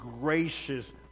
gracious